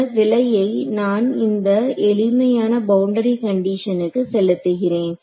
இந்த விலையை நான் இந்த எளிமையான பவுண்டரி கண்டிஷனுக்கு செலுத்துகிறேன்